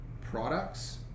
products